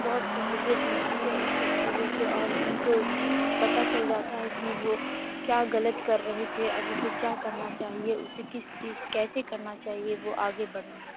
بہت سہولیت ملتی ہے اس سب چیزوں سے اور ان کو پتا چل جاتا ہے کہ وہ کیا غلط کر رہے تھے اب اسے کیا کرنا چاہیے اسے کس چیز کیسے کرنا چاہیے وہ آگے بڑھیں گے